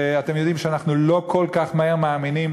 ואתם יודעים שאנחנו לא כל כך מהר מאמינים